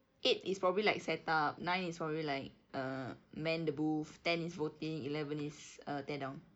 eight is probably like setup nine is probably like uh man the booth ten is voting eleven is err tear down